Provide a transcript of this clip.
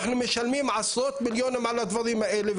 אנחנו משלמים עשרות מיליונים על הדברים האלה,